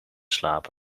slapen